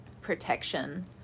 protection